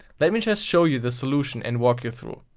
let me just show you the solution, and walk you through.